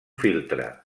filtre